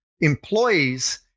employees